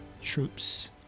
troops